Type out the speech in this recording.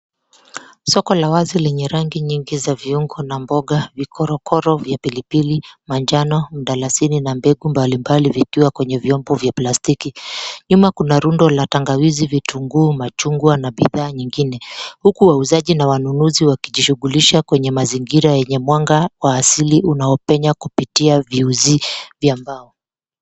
Soko la wazi lenye rangi nyingi za viungo na mboga, vikororo vya pilipili, manjano, mdalasini na mbegu mbali mbali vikiwa kwenye vyombo vya plastiki . Nyuma kuna rundo la tangawizi, vitunguu, machungwa na bidhaa nyingine. Huku wauzaji na wanunuzi wakijishughulisha kwenye mazingira yenye mwanga wa asili unaopenya kupitia viuzi vya mbao.